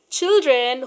children